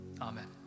amen